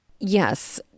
Yes